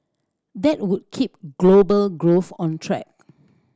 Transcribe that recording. that would keep global growth on track